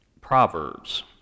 Proverbs